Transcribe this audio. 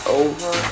over